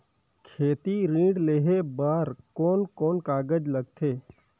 खेती ऋण लेहे बार कोन कोन कागज लगथे?